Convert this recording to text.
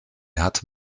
hatte